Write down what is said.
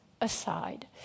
aside